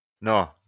No